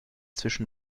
zwischen